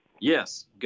Yes